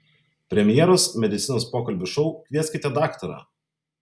premjeros medicinos pokalbių šou kvieskite daktarą